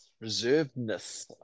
reservedness